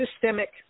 Systemic